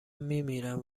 میمیرم